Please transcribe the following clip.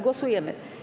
Głosujemy.